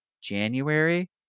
January